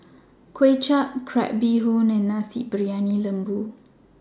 Kuay Chap Crab Bee Hoon and Nasi Briyani Lembu